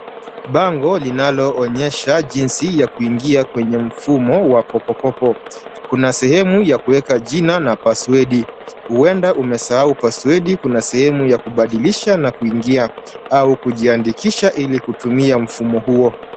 Bango linaloonyesha jinsi ya kuingia kwenye mfumo wa Kopo kopo. Kuna sehemu ya kuweka jina na password . Huenda umesahau password kuna sehemu ya kubadilisha na kuingia au kujiandikisha ili kutumia mfumo huo.